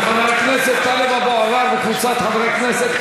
של חבר הכנסת טלב אבו עראר וקבוצת חברי הכנסת,